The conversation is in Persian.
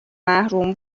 محروم